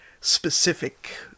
specific